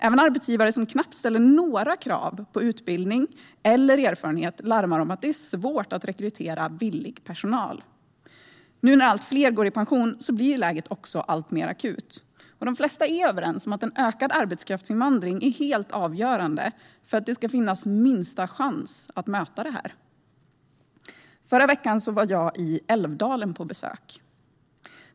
Även arbetsgivare som knappt ställer några krav på utbildning eller erfarenhet larmar om att det är svårt att rekrytera villig personal. Nu när allt fler går i pension blir läget också alltmer akut. De flesta är överens om att en ökad arbetskraftsinvandring är helt avgörande för att det ska finnas minsta chans att möta detta. I förra veckan var jag i Älvdalen på besök.